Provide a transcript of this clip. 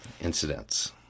incidents